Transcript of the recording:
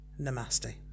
Namaste